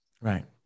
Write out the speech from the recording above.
Right